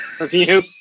review